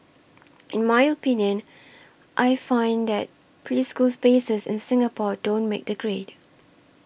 in my opinion I find that preschool spaces in Singapore don't make the grade